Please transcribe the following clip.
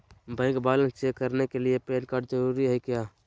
Bank balance check करने के लिए पैन कार्ड जरूरी है क्या?